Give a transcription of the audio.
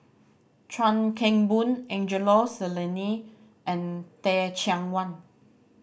Chuan Keng Boon Angelo Sanelli and Teh Cheang Wan